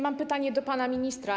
Mam pytanie do pana ministra.